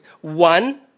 one